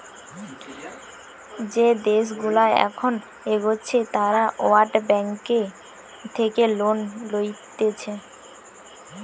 যে দেশগুলা এখন এগোচ্ছে তারা ওয়ার্ল্ড ব্যাঙ্ক থেকে লোন লইতেছে